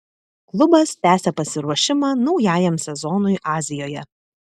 klubas tęsia pasiruošimą naujajam sezonui azijoje